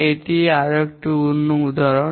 এটি অন্য একটি উদাহরণ